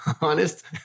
honest